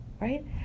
right